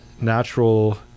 natural